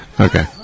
Okay